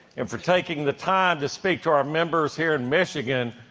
and for taking the time to speak to our members here in michigan,